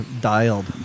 Dialed